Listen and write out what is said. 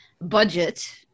budget